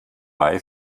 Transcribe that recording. may